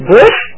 Bush